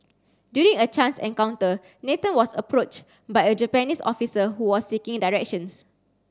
during a chance encounter Nathan was approached by a Japanese officer who was seeking directions